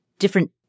different